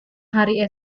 hari